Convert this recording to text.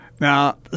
Now